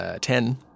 ten